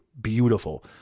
beautiful